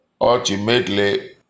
ultimately